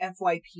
FYP